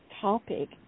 topic